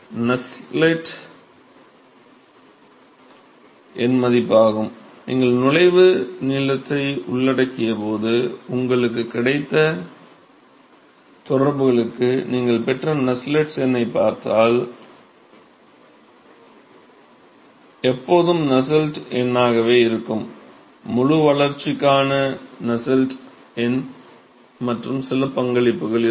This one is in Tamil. நசெல்ட்ஸ் எண் மதிப்பாகும் நீங்கள் நுழைவு நீளத்தை உள்ளடக்கியபோது உங்களுக்கு கிடைத்த தொடர்புகளுக்கு நீங்கள் பெற்ற நசெல்ட்ஸ் எண்ணைப் பார்த்தால் எப்போதும் நசெல்ட்ஸ் எண்ணாகவே இருக்கும் முழு வளர்ச்சிக்கான நசெல்ட்ஸ் எண் மற்றும் சில பங்களிப்புகள் இருக்கும்